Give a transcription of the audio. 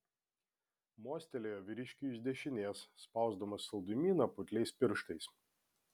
mostelėjo vyriškiui iš dešinės spausdamas saldumyną putliais pirštais